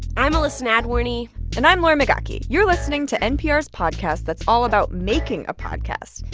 i'm elissa nadworny and i'm lauren migaki. you're listening to npr's podcast that's all about making a podcast.